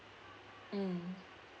mm